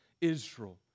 Israel